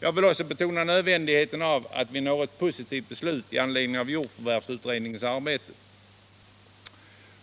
Jag vill också betona nödvändigheten av att vi når ett positivt beslut i anledning av jordförvärvsutredningens arbete.